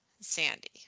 sandy